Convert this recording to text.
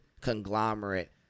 conglomerate